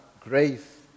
grace